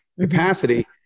capacity